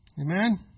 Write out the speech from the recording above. Amen